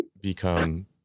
become